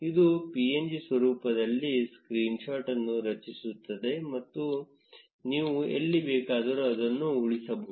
ಇದು png ಸ್ವರೂಪದಲ್ಲಿ screenshot ಅನ್ನು ರಚಿಸುತ್ತದೆ ಮತ್ತು ನೀವು ಎಲ್ಲಿ ಬೇಕಾದರೂ ಅದನ್ನು ಉಳಿಸಬಹುದು